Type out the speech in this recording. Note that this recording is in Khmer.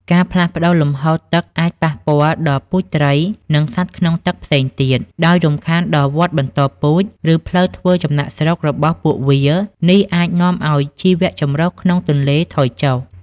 ការផ្លាស់ប្តូរលំហូរទឹកអាចប៉ះពាល់ដល់ពូជត្រី និងសត្វក្នុងទឹកផ្សេងទៀត ដោយរំខានដល់វដ្តបន្តពូជ ឬផ្លូវធ្វើចំណាកស្រុករបស់ពួកវា នេះអាចនាំឲ្យជីវៈចម្រុះក្នុងទន្លេថយចុះ។